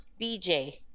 BJ